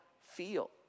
feel